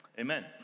amen